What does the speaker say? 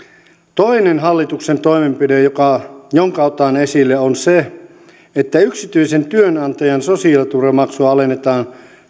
toinen hallituksen toimenpide jonka otan esille on se että yksityisen työnantajan sosiaaliturvamaksua alennetaan